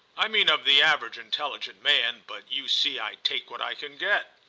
i mean of the average intelligent man, but you see i take what i can get.